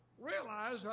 Realize